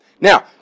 Now